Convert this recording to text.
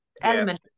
element